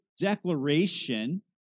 declaration